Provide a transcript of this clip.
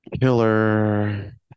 Killer